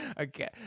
okay